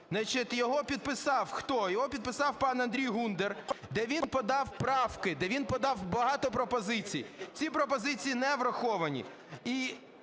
Його підписав хто - його підписав пан Андрій Гундер, де він подав правки, де він подав багато пропозицій. Ці пропозиції не враховані.